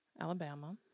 Alabama